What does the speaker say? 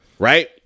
Right